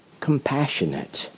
compassionate